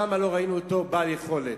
שם לא ראינו אותו בעל יכולת.